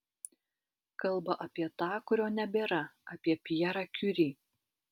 kalba apie tą kurio nebėra apie pjerą kiuri